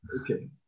Okay